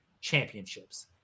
championships